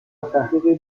تحقیق